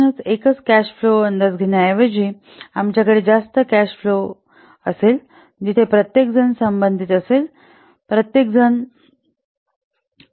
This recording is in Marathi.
म्हणून एकच कॅश प्रवाह अंदाज घेण्याऐवजी आमच्याकडे जास्त कॅश प्रवाहाचे अंदाज असेल जिथे प्रत्येकजण संबंधित असेल जिथे प्रत्येकजण होण्याची शक्यता असते